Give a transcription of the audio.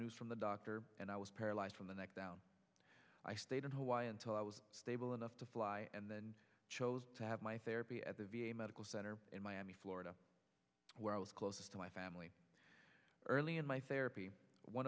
news from the doctor and i was paralyzed from the neck down i stayed in hawaii until i was stable enough to fly and then chose to have my therapy at the v a medical center in miami florida where i was close to my family early in my therapy one